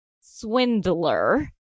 Swindler